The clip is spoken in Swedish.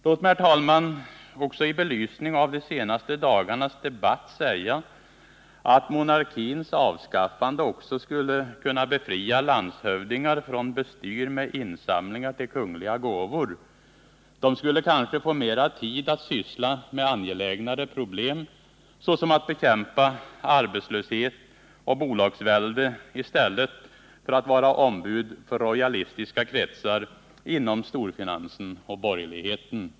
Låt mig, herr talman, i belysning av de senaste dagarnas debatt säga att monarkins avskaffande också skulle kunna befria landshövdingar från bestyr med insamlingar till kungliga gåvor. De skulle kanske få mera tid att syssla med angelägnare problem, såsom att bekämpa arbetslöshet och bolagsvälde, i stället för att vara ombud för rojalistiska kretsar inom storfinansen och borgerligheten.